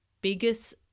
biggest